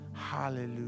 Hallelujah